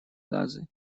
газы